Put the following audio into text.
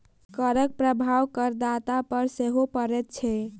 करक प्रभाव करदाता पर सेहो पड़ैत छै